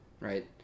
Right